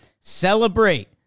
celebrate